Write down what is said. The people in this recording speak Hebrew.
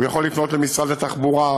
הוא יכול לפנות למשרד התחבורה,